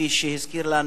כפי שהזכיר לנו